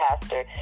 Pastor